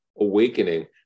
awakening